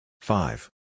Five